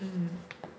mm